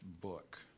book